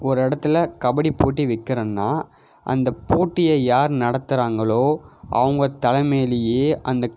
ஒரு இடத்துல கபடி போட்டி வைக்கிறோம்னா அந்த போட்டியை யார் நடத்துகிறாங்களோ அவங்கள் தலைமையிலியே அந்த